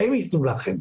שהם ייתנו לכם.